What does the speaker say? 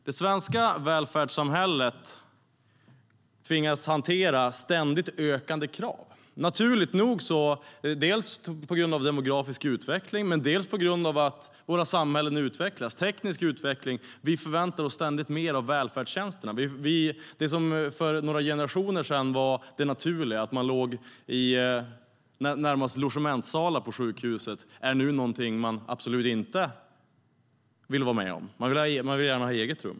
Det svenska välfärdssamhället tvingas att hantera ständigt ökande krav, dels på grund av demografisk utveckling, dels på grund av samhällsutvecklingen, dels på grund av den tekniska utvecklingen. Vi förväntar oss ständigt mer av välfärdstjänsterna. Det som för några generationer sedan var det naturliga, att man låg i det som närmast liknade logementssalar på sjukhus, vill man nu absolut inte vara med om. Man vill gärna ha eget rum.